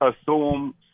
assume